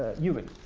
ewen. it